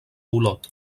olot